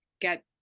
get